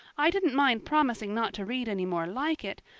i didn't mind promising not to read any more like it,